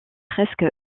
presque